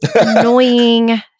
annoying